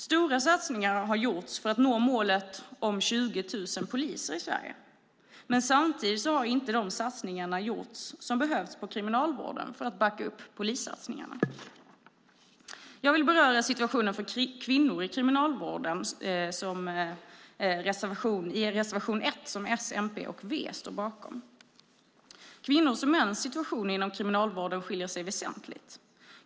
Stora satsningar har gjorts för att nå målet om 20 000 poliser i Sverige, men samtidigt har inte de satsningar som behövts gjorts på kriminalvården för att backa upp polissatsningarna. Jag vill beröra situationen för kvinnor i kriminalvården, vilket tas upp i reservation 1 som S, MP och V står bakom. Kvinnors och mäns situation inom kriminalvården skiljer sig åt väsentligt.